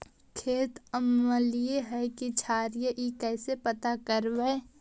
खेत अमलिए है कि क्षारिए इ कैसे पता करबै?